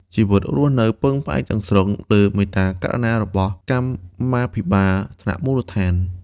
ជីវិតរស់នៅពឹងផ្អែកទាំងស្រុងលើមេត្តាករុណារបស់ "កម្មាភិបាល" ថ្នាក់មូលដ្ឋាន។